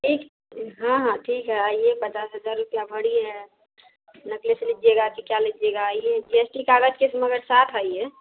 एक हाँ हाँ ठीक है आइए पचास हजार रुपया भरी है नेकलेस लीजिएगा कि क्या लीजिएगा आइए जी एस टी कागज़ के मगर साथ आइए